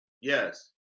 Yes